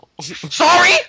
Sorry